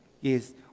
Yes